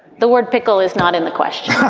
the word pickle is not in the question yeah